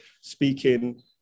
speaking